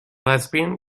lesbian